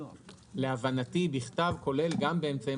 להבנתי "בכתב" כולל גם באמצעים